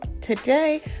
today